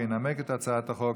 וינמק את הצעת החוק